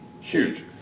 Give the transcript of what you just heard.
huge